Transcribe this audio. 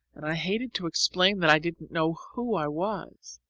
and i hated to explain that i didn't know who i was.